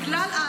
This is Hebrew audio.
בגלל,